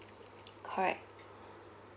correct